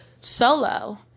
solo